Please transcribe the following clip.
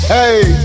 Hey